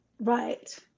Right